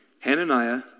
Hananiah